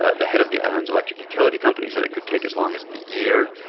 ah the head of the island's electric utility company said it could take as long as a year.